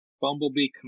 Bumblebee